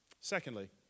Secondly